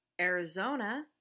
Arizona